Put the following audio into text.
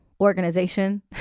organization